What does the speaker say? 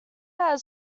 out